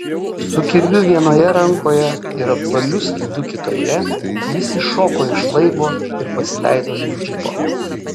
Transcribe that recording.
su kirviu vienoje rankoje ir apvaliu skydu kitoje jis iššoko iš laivo ir pasileido link džipo